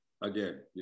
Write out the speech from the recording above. again